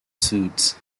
suits